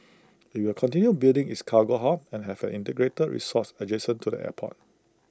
IT will continue building its cargo hub and have an integrated resorts adjacent to the airport